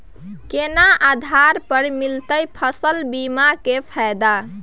केना आधार पर मिलतै फसल बीमा के फैदा?